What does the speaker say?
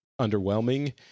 underwhelming